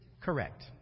Correct